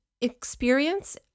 experience